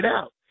out